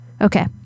Okay